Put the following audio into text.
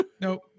Nope